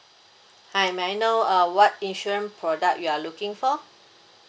hi may I know uh what insurance product you are looking for